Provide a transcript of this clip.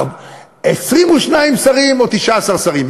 22 שרים או 19 שרים.